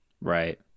Right